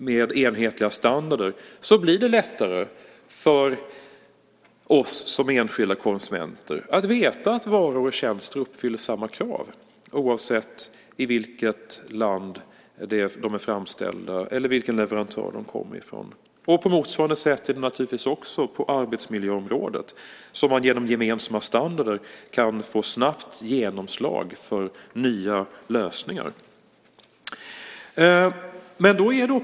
Med enhetliga standarder blir det lättare för enskilda konsumenter att veta att varor och tjänster uppfyller samma krav oavsett i vilket land de är framställda eller vilken leverantör de kommer ifrån. På motsvarande sätt är det naturligtvis på arbetsmiljöområdet där man genom gemensamma standarder kan få snabbt genomslag för nya lösningar.